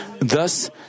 Thus